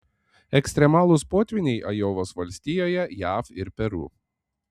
ekstremalūs potvyniai ajovos valstijoje jav ir peru